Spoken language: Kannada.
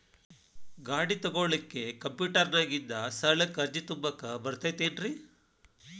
ಗಾಡಿ ತೊಗೋಳಿಕ್ಕೆ ಕಂಪ್ಯೂಟೆರ್ನ್ಯಾಗಿಂದ ಸಾಲಕ್ಕ್ ಅರ್ಜಿ ತುಂಬಾಕ ಬರತೈತೇನ್ರೇ?